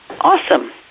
awesome